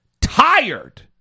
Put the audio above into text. tired